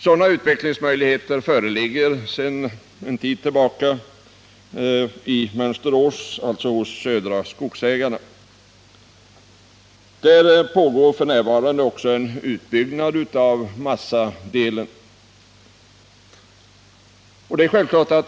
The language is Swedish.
Sådana utvecklingsmöjligheter föreligger sedan en tid tillbaka vid Södra Skogsägarnas anläggning i Mönsterås. Där pågår också f. n. en utbyggnad av massadelen.